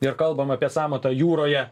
ir kalbame apie sąmatą jūroje